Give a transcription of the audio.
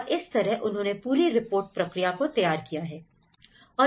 और इस तरह उन्होंने पूरी रिपोर्ट प्रक्रिया को तैयार किया है